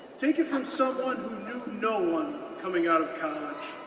take it from someone you know one coming out of college,